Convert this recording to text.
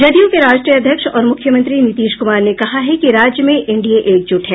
जदयू के राष्ट्रीय अध्यक्ष और मुख्यमंत्री नीतीश कुमार ने कहा है कि राज्य में एनडीए एकजुट है